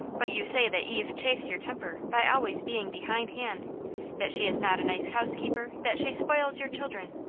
but you say that eve chafes your temper by always being behind hand that she is not a nice house keeper, that she spoils your children,